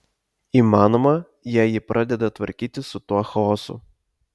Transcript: įmanoma jei ji pradeda tvarkytis su tuo chaosu